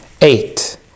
Eight